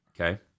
Okay